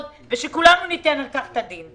ושכולנו ניתן על כך את הדין.